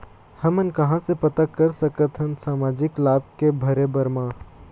हमन कहां से पता कर सकथन सामाजिक लाभ के भरे बर मा?